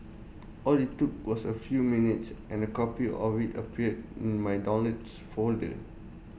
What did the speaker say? all IT took was A few minutes and A copy of IT appeared in my downloads folder